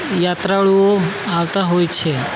યાત્રાળુઓ આવતા હોય છે